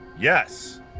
Yes